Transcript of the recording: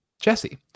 Jesse